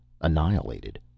annihilated